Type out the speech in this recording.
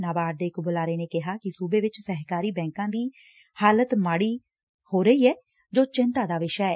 ਨਾਬਾਰਡ ਦੇ ਇਕ ਬੁਲਾਰੇ ਨੇ ਕਿਹਾ ਕਿ ਸੁਬੇ ਵਿਚ ਸਹਿਕਾਰੀ ਬੈਂਕਾਂ ਦੀ ਹਾਲਤ ਮਾਤੀ ਹੋ ਰਹੀ ਐ ਜੋ ਚਿੰਤਾ ਦਾ ਵਿਸ਼ਾ ਏ